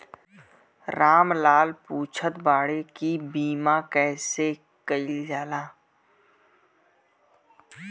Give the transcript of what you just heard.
राम लाल पुछत बाड़े की बीमा कैसे कईल जाला?